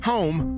Home